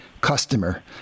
customer